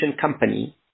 company